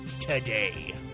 today